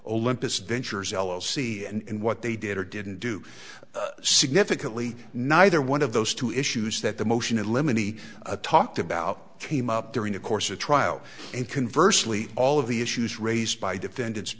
olympus ventures yellow sea and what they did or didn't do significantly neither one of those two issues that the motion in limine he talked about came up during the course of trial and converse lee all of the issues raised by defendant